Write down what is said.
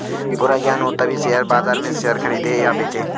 पूरा ज्ञान हो तभी शेयर बाजार में शेयर खरीदे या बेचे